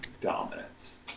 dominance